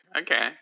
Okay